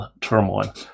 turmoil